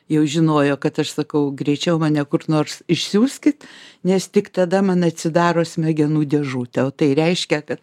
jau žinojo kad aš sakau greičiau mane kur nors išsiųskit nes tik tada man atsidaro smegenų dėžutė o tai reiškia kad